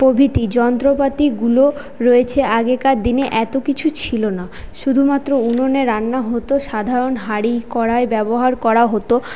প্রভৃতি যন্ত্রপাতিগুলো রয়েছে আগেকার দিনে এত কিছু ছিল না শুধুমাত্র উনুনে রান্না হত সাধারণ হাঁড়ি কড়াই ব্যবহার করা হত